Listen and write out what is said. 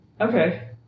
Okay